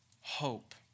hope